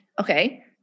Okay